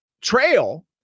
trail